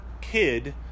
kid